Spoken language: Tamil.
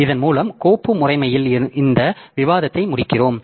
இதன் மூலம் கோப்பு முறைமையில் இந்த விவாதத்தை முடிக்கிறோம்